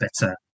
better